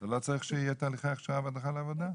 לא צריך שיהיו תהליכי הכשרה והדרכה לעבודה?